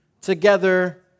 Together